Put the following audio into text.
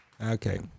Okay